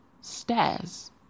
stairs